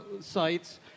sites